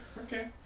okay